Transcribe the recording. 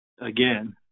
again